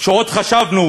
שעוד חשבנו